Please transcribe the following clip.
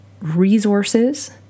resources